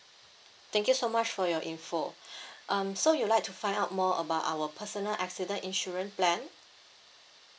thank you so much for your info um so you'd like to find out more about our personal accident insurance plan